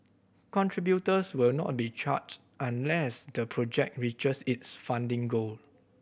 contributors will not be charged unless the project reaches its funding goal